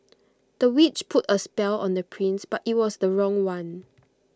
the witch put A spell on the prince but IT was the wrong one